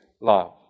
love